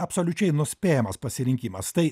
absoliučiai nuspėjamas pasirinkimas tai